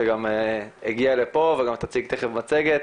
שגם הגיעה לפה ותציג תיכף מצגת.